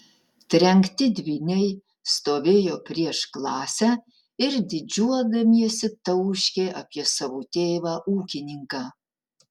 trenkti dvyniai stovėjo prieš klasę ir didžiuodamiesi tauškė apie savo tėvą ūkininką